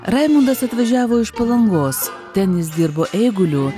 raimundas atvažiavo iš palangos ten jis dirbo eiguliu